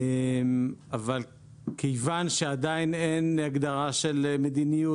אבל כיוון שעדיין אין הגדרה של מדיניות,